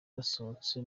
basohotse